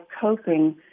coping